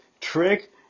trick